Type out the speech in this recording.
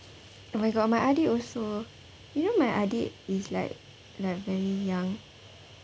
oh my god my adik also you know my adik is like like very young